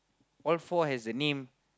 all four has a name